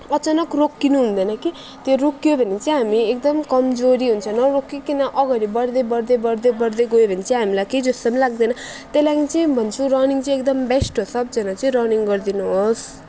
अचानक रोकिनुहुँदैन कि त्यो रोकियो भने चाहिँ हामी एकदम कमजोरी हुन्छ नरोकिइकन अगाडि बढ्दै बढ्दै बढ्दै बढ्दै गयो भने चाहिँ हामीलाई केही जस्तो पनि लाग्दैन त्यही लागि चाहिँ भन्छु रनिङ चाहिँ एकदम बेस्ट हो सबजना चाहिँ रनिङ गरिदिनु होस्